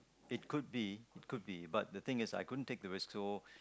it could be it could be but the thing is I couldn't take the risk so